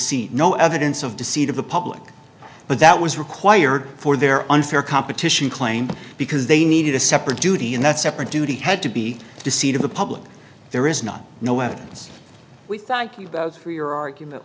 see no evidence of deceit of the public but that was required for their unfair competition claim because they needed a separate duty and that separate duty had to be to see to the public there is not no evidence we thank you for your argument